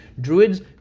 Druids